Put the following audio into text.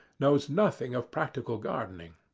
knows nothing of practical gardening.